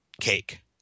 cake